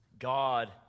God